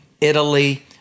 Italy